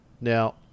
Now